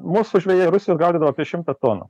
mūsų žvejai rusijos gaudydavo apie šimtą tonų